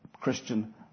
Christian